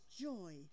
joy